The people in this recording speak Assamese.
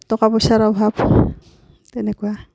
টকা পইচাৰ অভাৱ তেনেকুৱা